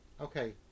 Okay